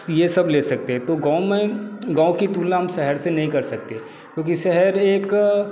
ये सब ले सकते हैं तो गाँव में गाँव की तुलना हम शहर से नहीं कर सकते क्योंकि शहर एक